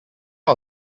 out